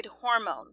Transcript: hormone